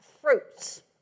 fruits